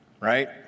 right